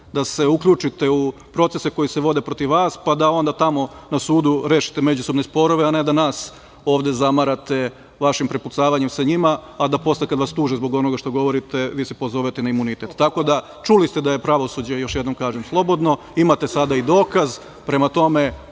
da se uključite u procese koji se vode protiv vas, pa da onda tamo na sudu rešite međusobne sporove, a ne da nas ovde zamarate vašim prepucavanjem sa njima, a da posle kada vas tuže zbog onoga što govorite vi se pozovete na imunitet. Tako da čuli ste da je pravosuđe, još jednom kažem, slobodno, imate sada i dokaz, prema tome